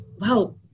wow